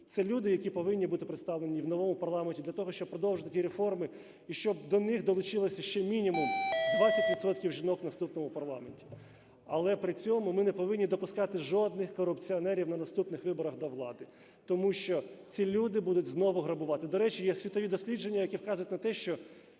Це люди, які повинні бути представлені і в новому парламенті для того, щоб продовжити ті реформи і щоб до них долучилося ще мінімум 20 відсотків жінок в наступному парламенті. Але при цьому ми не повинні допускати жодних корупціонерів на наступних виборах до влади, тому що ці люди будуть знову грабувати. До речі, є світові дослідження, які вказують на те, що